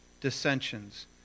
dissensions